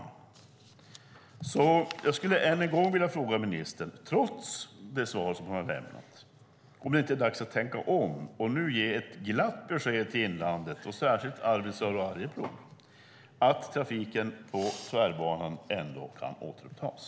Trots det svar ministern har lämnat på min interpellation skulle jag därför en än gång vilja fråga om det inte är dags att tänka om och nu ge ett glatt besked till inlandet, särskilt Arvidsjaur och Arjeplog, att trafiken på tvärbanan kan återupptas.